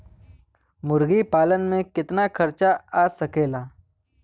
मुर्गी पालन में कितना खर्च आ सकेला?